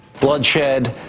bloodshed